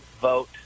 vote